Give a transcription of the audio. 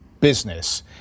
business